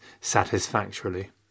satisfactorily